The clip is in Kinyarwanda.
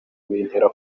bintera